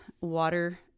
water